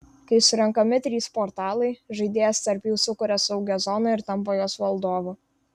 kai surenkami trys portalai žaidėjas tarp jų sukuria saugią zoną ir tampa jos valdovu